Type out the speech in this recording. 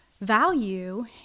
value